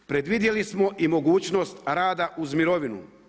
Predvidjeli smo i mogućnost rada uz mirovinu.